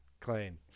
Clean